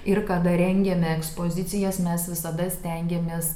ir kada rengiame ekspozicijas mes visada stengiamės